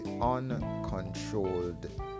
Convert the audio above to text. uncontrolled